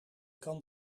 kan